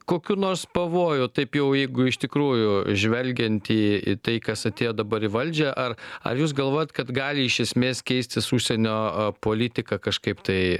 kokių nors pavojų taip jau jeigu iš tikrųjų žvelgiant į į tai kas atėjo dabar į valdžią ar ar jūs galvojat kad gali iš esmės keistis užsienio politika kažkaip tai